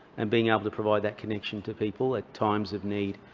and being able to provide that connection to people at times of need,